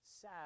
sad